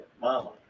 mama